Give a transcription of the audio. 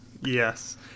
Yes